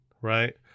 Right